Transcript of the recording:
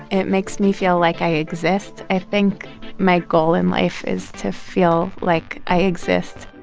it makes me feel like i exist. i think my goal in life is to feel like i exist